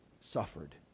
suffered